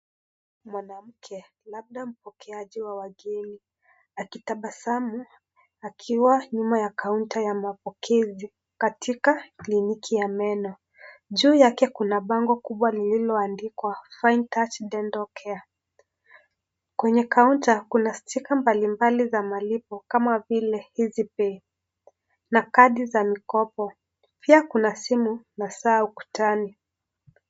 Mwanamke, labda mpokeaji wa wageni akitabasamu akiwa nyuma ya kaunta ya mapokezi katika kliniki ya meno. Juu yake kuna bango kubwa lililoandikwa Fine Touch Dental Care. Kwenye kaunta kuna stika mbalimbali za malipo kama vile easypay na kadi za mkopo. Pia kuna simu na saa ukutani.